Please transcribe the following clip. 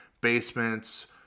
basements